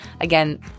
again